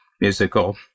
musical